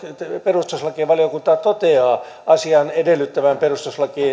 perustuslakivaliokunta toteaa asian edellyttävän perustuslain